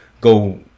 go